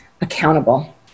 accountable